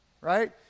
right